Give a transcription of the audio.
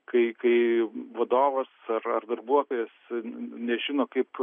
kai kai vadovas ar ar darbuotojas nežino kaip